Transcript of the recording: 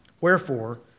Wherefore